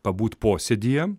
pabūt posėdyje